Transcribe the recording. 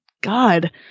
God